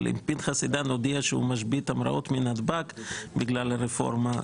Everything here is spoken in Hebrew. אבל אם פנחס עידן הודיע שהוא משבית המראות מנתב"ג בגלל הרפורמה,